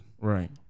Right